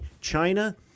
China